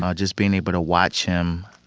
ah just being able to watch him,